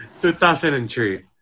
2003